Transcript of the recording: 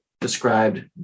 described